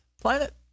planet